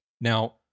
Now